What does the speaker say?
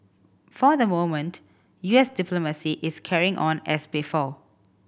for the moment U S diplomacy is carrying on as before